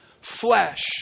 flesh